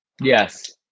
Yes